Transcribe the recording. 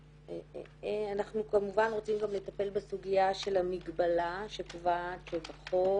אנחנו כמובן רוצים גם לטפל בסוגיה של המגבלה שקובעת שבחוק